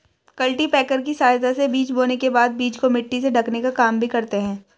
cultipacker की सहायता से बीज बोने के बाद बीज को मिट्टी से ढकने का काम भी करते है